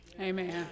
Amen